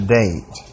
date